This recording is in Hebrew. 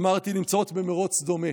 אמרתי, נמצאות במרוץ דומה.